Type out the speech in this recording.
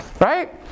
right